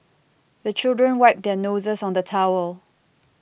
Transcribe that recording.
the children wipe their noses on the towel